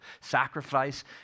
sacrifice